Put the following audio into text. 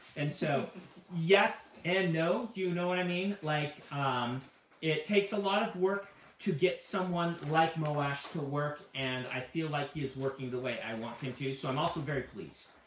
and so yes and no. do you know what i mean? like um it takes a lot of work to get someone like moash to work, and i feel like he is working the way i want him to. so i'm also very pleased.